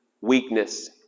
weakness